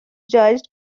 judged